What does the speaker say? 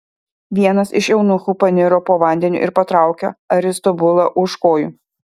vienas iš eunuchų paniro po vandeniu ir patraukė aristobulą už kojų